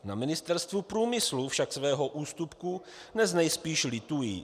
Na Ministerstvu průmyslu však svého ústupku dnes nejspíš litují.